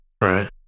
right